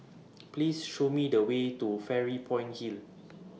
Please Show Me The Way to Fairy Point Hill